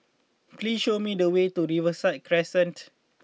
please show me the way to Riverside Crescent